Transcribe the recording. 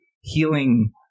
healing